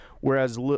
Whereas